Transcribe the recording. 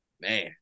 Man